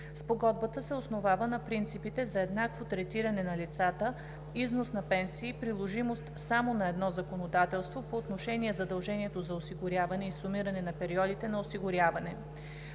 Спогодбата се основава на принципите за еднакво третиране на лицата, износ на пенсии, приложимост само на едно законодателство по отношение задължението за осигуряване и сумиране на периодите на осигуряване.